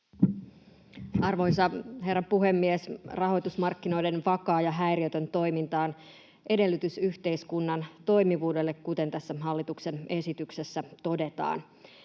Arvoisa herra puhemies! Rahoitusmarkkinoiden vakaa ja häiriötön toiminta on edellytys yhteiskunnan toimivuudelle, kuten tässä hallituksen esityksessä todetaan.